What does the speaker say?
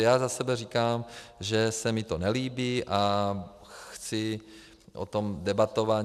Já za sebe říkám, že se mi to nelíbí, a chci o tom debatovat.